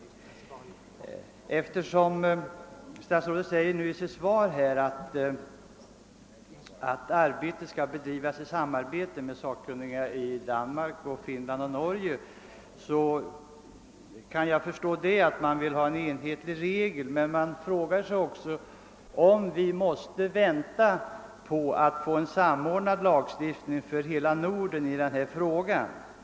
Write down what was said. Med anledning av att statsrådet i sitt svar säger, att arbetet skall bedrivas i samarbete med sakkunniga i Danmark, Finland och Norge vill jag medge, att jag kan förstå att man vill ha en enhetlig regel. Men jag frågar mig också, om man måste vänta på att få en samordnad lagstiftning i hela Norden i denna fråga.